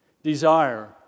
Desire